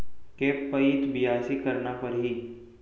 के पइत बियासी करना परहि?